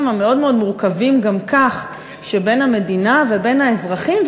המאוד מאוד מורכבים גם כך שבין המדינה ובין האזרחים,